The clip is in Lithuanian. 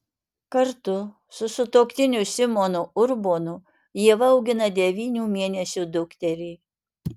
kartu su sutuoktiniu simonu urbonu ieva augina devynių mėnesių dukterį